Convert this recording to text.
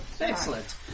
Excellent